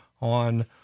on